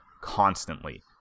constantly